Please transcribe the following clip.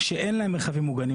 שאין להם מרחבים מוגנים,